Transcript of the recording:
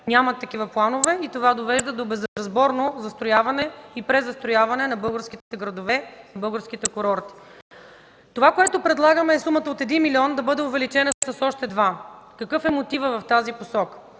нямат такива планове и това довежда до безразборно застрояване и презастрояване на българските градове, на българските курорти. Това, което предлагаме, е сумата от 1 милион да бъде увеличена с още два. Какъв е мотивът в тази посока?